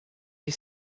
you